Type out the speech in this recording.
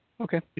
okay